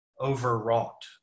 overwrought